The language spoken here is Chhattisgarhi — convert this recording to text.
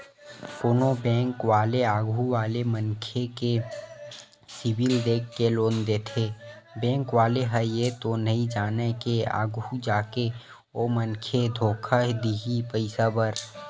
कोनो बेंक वाले आघू वाले मनखे के सिविल देख के लोन देथे बेंक वाले ह ये तो नइ जानय के आघु जाके ओ मनखे धोखा दिही पइसा बर